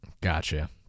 Gotcha